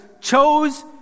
chose